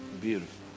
Beautiful